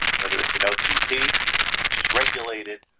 whether it's an otp which is regulated,